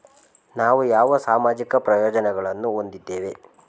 ನಾವು ಯಾವ ಸಾಮಾಜಿಕ ಪ್ರಯೋಜನಗಳನ್ನು ಹೊಂದಿದ್ದೇವೆ?